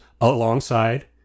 alongside